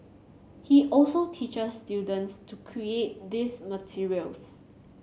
he also teaches students to create these materials